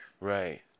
right